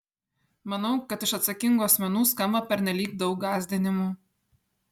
manau kad iš atsakingų asmenų skamba pernelyg daug gąsdinimų